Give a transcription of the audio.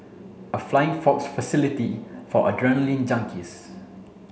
a flying fox facility for adrenaline junkies